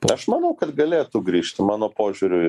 aš manau kad galėtų grįžti mano požiūriui